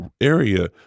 area